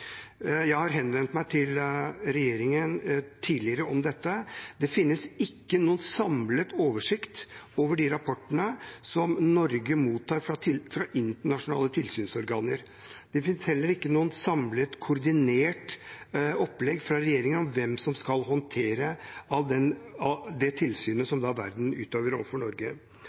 Jeg har henvendt meg til regjeringen om dette tidligere. Det finnes ikke noen samlet oversikt over rapportene som Norge mottar fra internasjonale tilsynsorganer. Det finnes heller ikke noe samlet koordinert opplegg fra regjeringen om hvem som skal håndtere det tilsynet verden utøver overfor Norge. Jeg har lyst til å si det